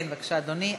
כן, בבקשה, אדוני.